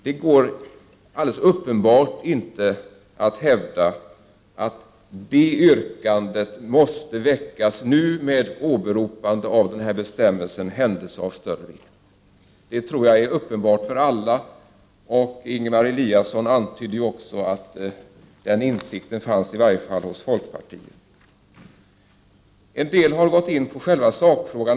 Det går alldeles uppenbart inte att hävda att det yrkandet måste väckas nu med åberopande av bestämmelsen ”händelse av större vikt”. Det tror jag är uppenbart för alla. Ingemar Eliasson antydde att den insikten fanns i varje fall hos folkpartiet. En del har tagit upp själva sakfrågan.